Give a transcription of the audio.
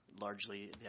Largely